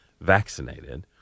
vaccinated